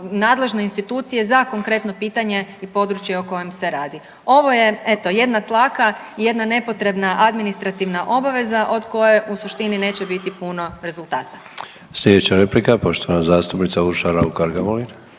nadležne institucije za konkretno pitanje i područje o kojem se radi. Ovo je, eto, jedna tlaka i jedna nepotrebna administrativna obaveza od koje u suštini neće biti puno rezultata. **Sanader, Ante (HDZ)** Sljedeća replika poštovana zastupnica Urša Raukar Gamulin.